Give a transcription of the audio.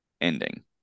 ending